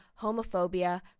homophobia